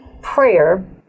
prayer